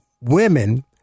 women